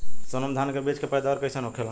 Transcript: सोनम धान के बिज के पैदावार कइसन होखेला?